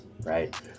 Right